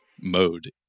mode